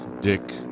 Dick